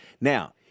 Now